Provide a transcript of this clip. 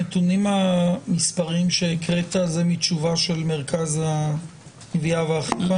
הנתונים המספריים שקראת זה מתשובה של מרכז הגבייה והאכיפה?